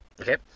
Okay